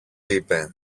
είπε